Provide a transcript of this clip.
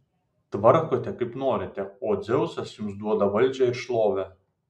tvarkote kaip norite o dzeusas jums duoda valdžią ir šlovę